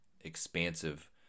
expansive